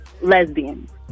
lesbians